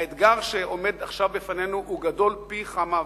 האתגר שעומד עכשיו בפנינו הוא גדול פי כמה וכמה,